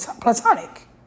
platonic